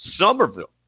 Somerville